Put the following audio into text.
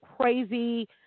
crazy